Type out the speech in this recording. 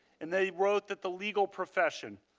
and they wrote that the legal profession,